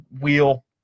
Wheel